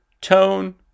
tone